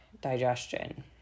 digestion